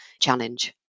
challenge